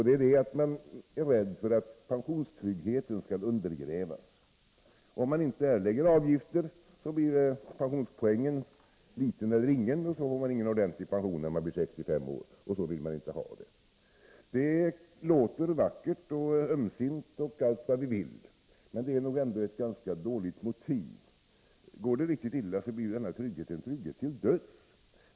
Det är att man är rädd för att pensionstryggheten skall undergrävas. Om man inte erlägger avgifter blir pensionspoängen liten eller ingen, och då får man ingen ordentlig pension när man blir 65 år — och så vill utskottet inte ha det. Det låter vackert och ömsint och allt vad ni vill, men det är nog ändå ett ganska dåligt motiv. Går det riktigt illa blir denna trygghet en trygghet till döds.